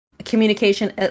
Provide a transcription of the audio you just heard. Communication